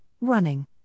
running